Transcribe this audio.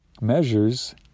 measures